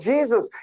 Jesus